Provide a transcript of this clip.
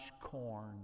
corn